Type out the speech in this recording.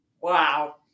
Wow